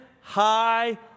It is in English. high